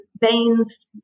veins